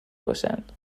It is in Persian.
باشند